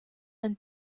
and